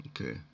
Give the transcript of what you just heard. Okay